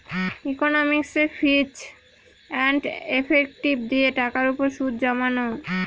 ইকনমিকসে ফিচ and effective দিয়ে টাকার উপর সুদ জমানো